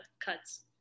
cuts